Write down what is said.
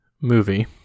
movie